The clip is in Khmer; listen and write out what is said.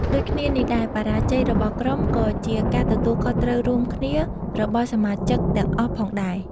ដូចគ្នានេះដែរ បរាជ័យរបស់ក្រុម ក៏ជាការទទួលខុសត្រូវរួមគ្នារបស់សមាជិកទាំងអស់ផងដែរ។